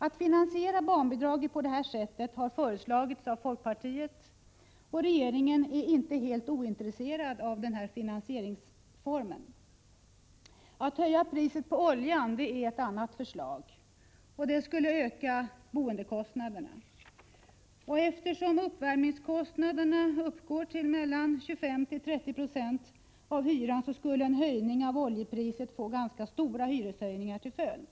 Folkpartiet har föreslagit att man skall finansiera barnbidragshöjningen på detta sätt, och regeringen är inte helt ointresserad av denna finansieringsform. Att höja priset på oljan är ett annat förslag. Men det skulle öka boendekostnaderna. Eftersom uppvärmningskostnaderna uppgår till 25-30 26 av hyran, skulle nämligen en höjning av oljepriset få ganska stora hyreshöjningar till följd.